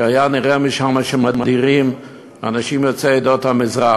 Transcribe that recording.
שהיה נראה שם שמדירים אנשים יוצאי עדות המזרח,